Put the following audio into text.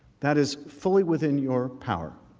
that is fully within your power